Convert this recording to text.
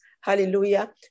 Hallelujah